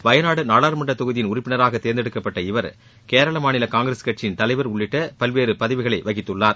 வயநாடு நாடாளுமன்ற தொகுதியின் உறுப்பினராக தேர்ந்தெடுக்கப்பட்ட இவர் கேரள மாநில காங்கிரஸ் கட்சியின் தலைவர் உள்ளிட்ட பல்வேறு பதவிகளை வகித்துள்ளார்